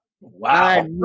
Wow